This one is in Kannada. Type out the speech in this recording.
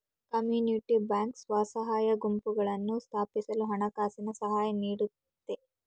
ಕಮ್ಯುನಿಟಿ ಬ್ಯಾಂಕ್ ಸ್ವಸಹಾಯ ಗುಂಪುಗಳನ್ನು ಸ್ಥಾಪಿಸಲು ಹಣಕಾಸಿನ ಸಹಾಯ ನೀಡುತ್ತೆ